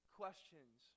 questions